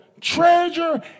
treasure